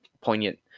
poignant